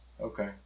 Okay